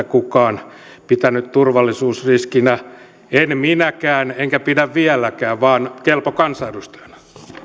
kukaan pitänyt turvallisuusriskinä en minäkään enkä pidä vieläkään vaan kelpo kansanedustajana